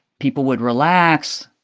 people would relax.